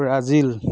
Brazil